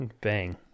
Bang